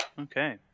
Okay